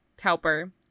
helper